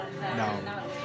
No